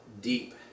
deep